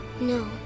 No